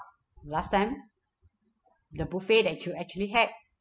last time the buffet that you actually had